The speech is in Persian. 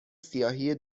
سیاهی